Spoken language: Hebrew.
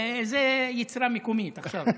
זו יצירה מקומית, עכשיו,